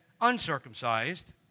uncircumcised